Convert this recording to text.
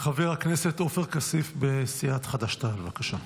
חבר הכנסת עופר כסיף מסיעת חד"ש-תע"ל, בבקשה.